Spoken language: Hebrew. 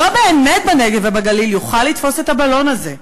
לא באמת בנגב ובגליל, יוכל לתפוס את הבלון הזה.